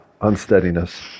unsteadiness